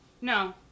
No